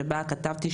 שבהן כתבתי,